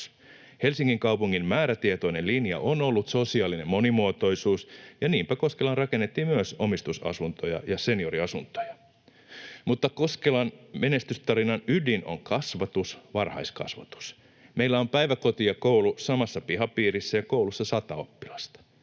Helsingin kaupungin määrätietoinen linja on ollut sosiaalinen monimuotoisuus, ja niinpä Koskelaan rakennettiin myös omistusasuntoja ja senioriasuntoja. Mutta Koskelan menestystarinan ydin on kasvatus ja varhaiskasvatus. Meillä on päiväkoti ja koulu samassa pihapiirissä ja koulussa sata oppilasta.